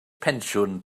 pensiwn